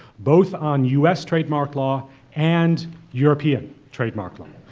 both on u s. trademark law and european trademark law.